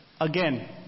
again